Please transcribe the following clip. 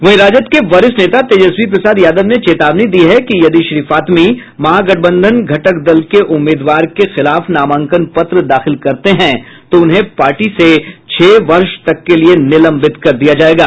वहीं राजद के वरिष्ठ नेता तेजस्वी प्रसाद यादव ने चेतावनी दी है कि यदि श्री फातमी महागठबंधन घटक दल के उम्मीदवार के खिलाफ नामांकन पत्र दाखिल करते हैं तो उन्हें पार्टी से छह वर्ष तक के लिए निलंबित कर दिया जायेगा